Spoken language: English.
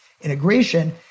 integration